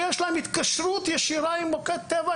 ויש להם התקשרות ישירה עם מוקד טבע.